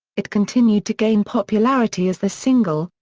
it continued to gain popularity as the single,